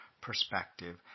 perspective